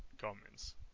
comments